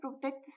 protect